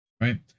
Right